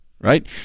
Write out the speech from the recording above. right